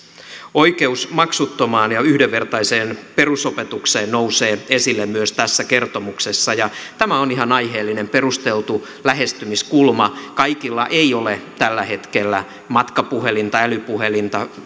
oikeus maksuttomaan ja yhdenvertaiseen perusopetukseen nousee esille myös tässä kertomuksessa ja tämä on ihan aiheellinen perusteltu lähestymiskulma kaikilla ei ole tällä hetkellä matkapuhelinta älypuhelinta